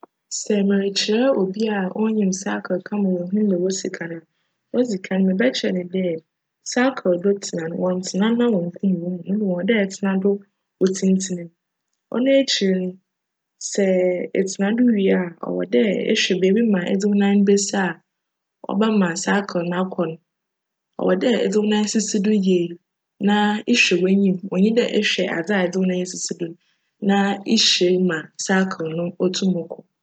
Sj merekyerj obi a onnyim "cycle" ka ma oehu mbrj wosi ka no a, odzi kan mebjkyerj no dj "cycle" do tsena no, wcnntsena na wcnkom hcn mu mbom cwc dj etsena do otsintsin. Cno ekyir no, sj etsena do wie a, cwc dj ehwj beebi ma edze wo nan besi a cbjma "cycle" no akc no. Cwc dj edze wo nan sisi do yie na ehwj w'enyim, onnyi dj ehwj adze a edze wo nan esisi do no na ehwj ma "cycle" no tum kc.